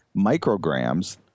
micrograms